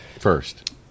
first